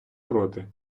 проти